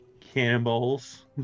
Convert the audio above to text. cannonballs